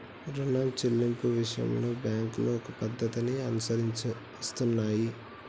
రుణం చెల్లింపు విషయంలో బ్యాంకులు ఒక పద్ధతిని అనుసరిస్తున్నాయి